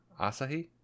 Asahi